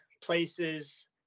places